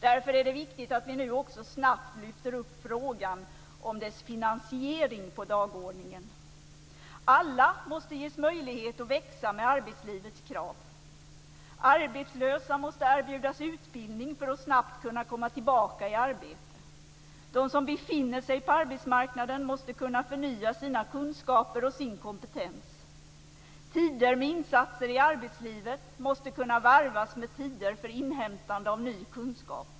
Därför är det viktigt att vi nu också snabbt lyfter upp frågan om dess finansiering på dagordningen. Alla måste ges möjlighet att växa med arbetslivets krav. Arbetslösa måste erbjudas utbildning för att snabbt kunna komma tillbaka i arbetet. De som befinner sig på arbetsmarknaden måste kunna förnya sina kunskaper och sin kompetens. Tider med insatser i arbetslivet måste kunna varvas med tider för inhämtande av ny kunskap.